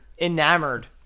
enamored